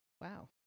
wow